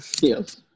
Yes